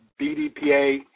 BDPA